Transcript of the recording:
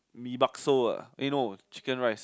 Mee-Bakso ah eh no Chicken Rice